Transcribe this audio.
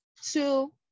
Two